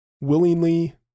willingly